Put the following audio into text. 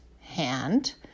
hand